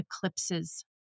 eclipses